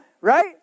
right